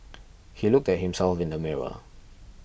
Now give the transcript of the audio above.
he looked at himself in the mirror